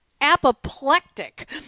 Apoplectic